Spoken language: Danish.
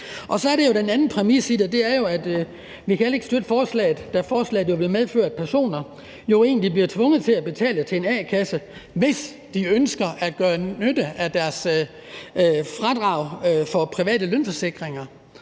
Så er der den anden præmis i det, og det er jo, at vi heller ikke kan støtte forslaget, da forslaget vil medføre, at personer jo egentlig bliver tvunget til at betale til en a-kasse, hvis de ønsker at gøre nytte af deres fradrag for private lønforsikringer.